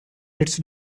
its